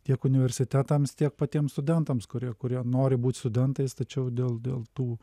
tiek universitetams tiek patiems studentams kurie kurie nori būt studentais tačiau dėl dėl tų